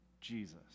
Jesus